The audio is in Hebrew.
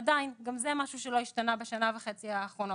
עדיין, גם זה משהו שלא השתנה בשנה וחצי האחרונות.